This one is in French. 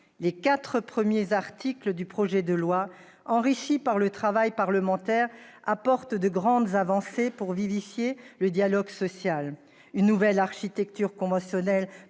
Les quatre premiers articles du projet de loi, enrichis par le travail parlementaire, contiennent de grandes avancées pour vivifier le dialogue social. Ainsi, ils établissent une nouvelle architecture conventionnelle